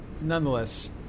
nonetheless